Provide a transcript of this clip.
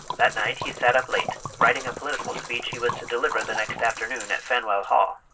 that night he sat up late writing a political speech he was to deliver the next afternoon at faneuil hall,